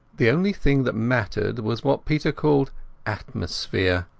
the only thing that mattered was what peter called aatmospherea.